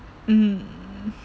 mm